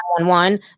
911